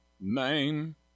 name